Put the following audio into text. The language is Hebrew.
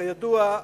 כידוע,